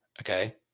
Okay